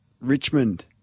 Richmond